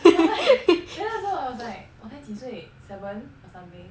then 那时候我 I was like 我才几岁 seven or something